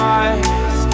eyes